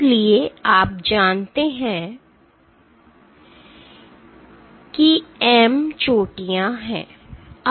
इसलिए आप जानते हैं कि M चोटियां हैं